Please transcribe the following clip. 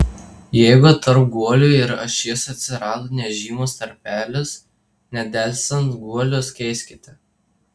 jeigu tarp guolių ir ašies atsirado nežymus tarpelis nedelsiant guolius keiskite